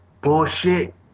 bullshit